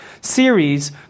series